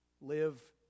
live